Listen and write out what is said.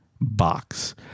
box